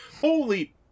Holy